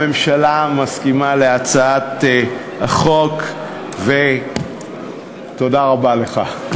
הממשלה מסכימה להצעת החוק, ותודה רבה לך.